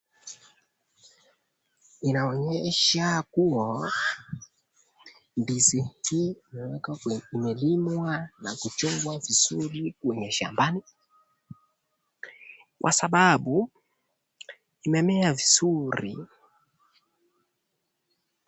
Inaonyesha kuwa ndizi hii imelimwa na kuchungwa vizuri shambani kwa sababu imemea vizuri.